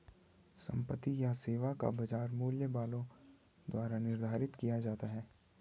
संपत्ति या सेवा का बाजार मूल्य बलों द्वारा निर्धारित किया जाता है